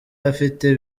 afite